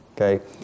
Okay